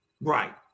right